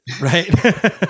Right